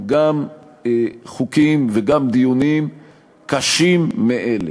גם חוקים וגם דיונים קשים מאלה.